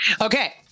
okay